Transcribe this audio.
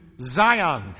Zion